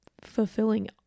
fulfilling